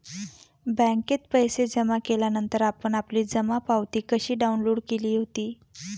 बँकेत पैसे जमा केल्यानंतर आपण आपली जमा पावती कशी डाउनलोड केली होती?